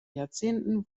jahrzehnten